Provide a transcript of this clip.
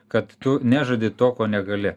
kad tu nežadi to ko negali